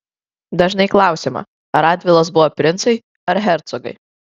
dažnai klausiama ar radvilos buvo princai ar hercogai